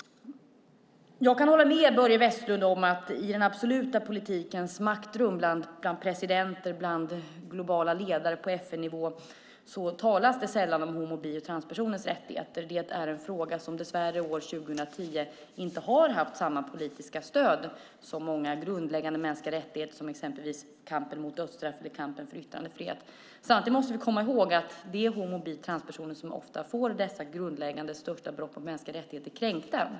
Jag kan hålla med Börje Vestlund om att i den absoluta politikens maktrum, bland presidenter och globala ledare på FN-nivå, talas det sällan om rättigheterna för homo och bisexuella samt transpersoner. Det är en fråga som dessvärre år 2010 inte har samma politiska stöd som många andra frågor gällande grundläggande mänskliga rättigheter, exempelvis kampen mot dödsstraff eller kampen för yttrandefrihet. Samtidigt måste vi komma ihåg att det är homo och bisexuella samt transpersoner som ofta får dessa grundläggande mänskliga rättigheter kränkta.